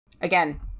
Again